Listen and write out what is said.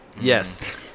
yes